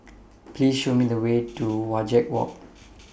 Please Show Me The Way to Wajek Walk